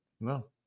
No